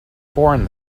born